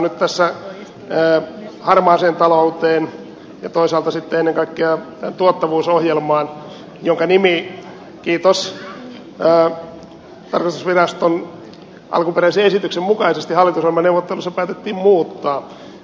viittaan nyt tässä harmaaseen talouteen ja toisaalta sitten ennen kaikkea tuottavuusohjelmaan jonka nimi kiitos tarkastusviraston alkuperäisen esityksen mukaisesti hallitusohjelmaneuvotteluissa päätettiin muuttaa